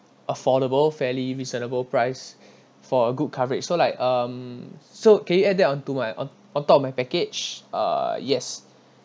affordable fairly reasonable price for a good coverage so like um so can you add that onto my on on top of my package uh yes